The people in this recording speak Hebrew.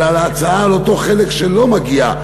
אלא על ההצעה על אותו חלק שלא מגיע,